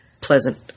pleasant